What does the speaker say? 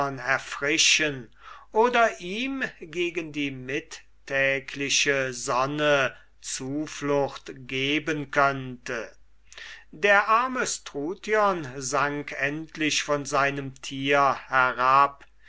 erfrischen oder ihm gegen die mittägliche sonne zuflucht geben könnte der arme struthion sank endlich von seinem tier herab